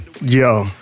Yo